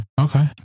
Okay